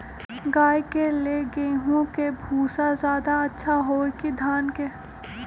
गाय के ले गेंहू के भूसा ज्यादा अच्छा होई की धान के?